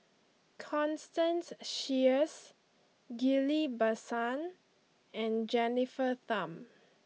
Constance Sheares Ghillie Basan and Jennifer Tham